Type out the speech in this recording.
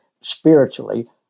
spiritually